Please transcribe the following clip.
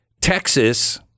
Texas